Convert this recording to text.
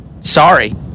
sorry